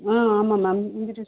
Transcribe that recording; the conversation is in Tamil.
ஆ ஆமாம் மேம் ஹிந்தி டியூஷன்